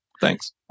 Thanks